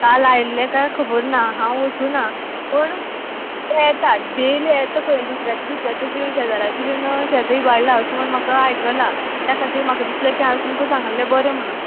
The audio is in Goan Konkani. काल आयल्ले काय खबर ना हांव वचुना पूण पळेता डेली येता खंय दुसऱ्याच्या दुसऱ्याच्या अशे शेजाऱ्याचे बीन शेता बीन इबाडलां अशें म्हूण आयकलां त्या खातीर म्हाका दिसलें की हांवें तुमकां सांगल्लें बरें म्हणोन